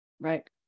Right